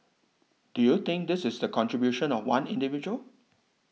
do you think this is the contribution of one individual